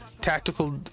tactical